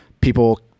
people